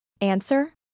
Answer